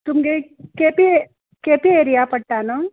तुमगे केंपे केंपे एरया पडटा न्हय